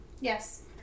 Yes